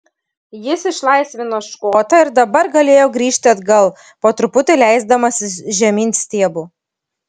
jis išlaisvino škotą ir dabar galėjo grįžti atgal po truputį leisdamasis žemyn stiebu